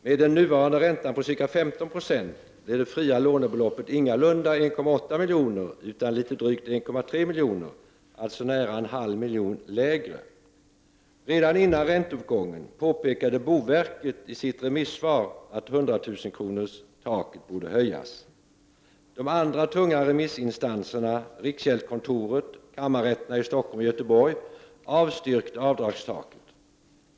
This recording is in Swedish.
Med den nuvarande räntan på ca 15 96 blir det fria lånebeloppet ingalunda 1,8 milj.kr. utan litet drygt 1,3 milj.kr., alltså nära en halv miljon lägre. Redan före ränteuppgången påpekade boverket i sitt remissvar att 100 000-kronorstaket borde höjas. De andra tunga remissinstanserna — riksgäldskontoret och kammarrätterna i Stockholm och Göteborg — avstyrkte förslaget.